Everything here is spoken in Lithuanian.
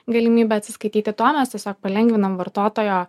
galimybę atsiskaityti tuo mes tiesiog palengvinam vartotojo